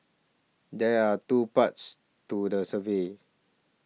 there are two parts to the survey